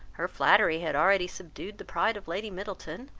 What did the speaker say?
her flattery had already subdued the pride of lady middleton,